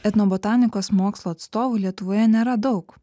etnobotanikos mokslo atstovų lietuvoje nėra daug